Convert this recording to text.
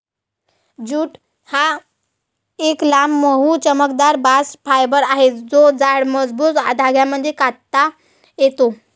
jute हा एक लांब, मऊ, चमकदार बास्ट फायबर आहे जो जाड, मजबूत धाग्यांमध्ये कातता येतो